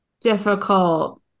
difficult